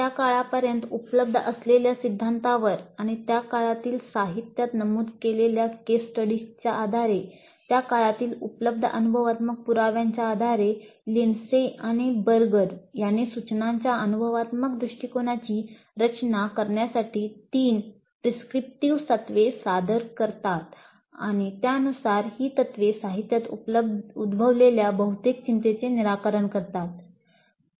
त्या काळापर्यंत उपलब्ध असलेल्या सिद्धांतावर आणि त्या काळातील साहित्यात नमूद केलेल्या केस स्टडीच्या तत्त्वे सादर करतात आणि त्यानुसार ही तत्त्वे साहित्यात उद्भवलेल्या बहुतेक चिंतेचे निराकरण करतात